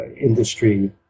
industry